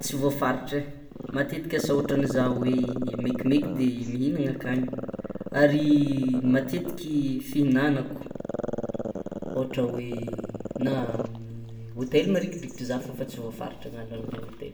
tsy voafaritra e matetiky asa ohatran'izah hoe mekimeky de mihinana akagny ary matetiky fihinanako ôhatra hoe na hôtely marikidrikitra za fôgna fa tsy voafaritra ny agnaranle hôtely.